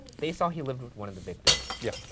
they saw he lived with one of the victims. yeah.